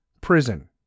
Prison